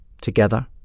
Together